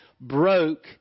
broke